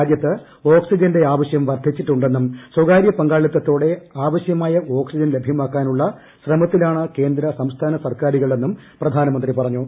രാജ്യത്ത് ഓക്സിജന്റെ ആവശ്യം വർദ്ധിച്ചിട്ടുണ്ടെന്നും സ്വകാരൃ പങ്കാളിത്തതോടെ ആവശ്യമായ ഓക്സിജൻ ലഭ്യമാക്കാനുള്ള ശ്രമത്തിലാണ് കേന്ദ്ര സംസ്ഥാന സർക്കാരുകളെന്നും പ്രധാനമന്ത്രി പറഞ്ഞു